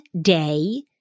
day